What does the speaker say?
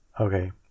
Okay